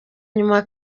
nyuma